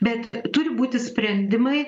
bet turi būti sprendimai